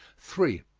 three.